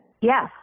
Yes